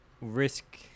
risk